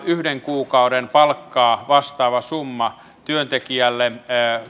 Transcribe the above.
yhden kuukauden palkkaa vastaava summa työntekijälle